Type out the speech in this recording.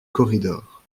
corridor